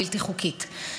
בלתי חוקית,